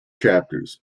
chapters